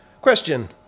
Question